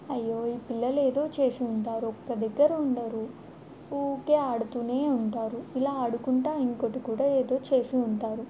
అయ్యో ఈ పిల్లలు ఏదో చేసుంటారు ఒక్క దగ్గర ఉండరు ఊరికే ఆడుతు ఉంటారు ఇలా ఆడుకుంటు ఇంకొకటి కూడా ఏదో చేసి ఉంటారు